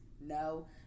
No